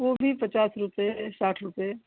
वो भी पचास रुपये साठ रुपये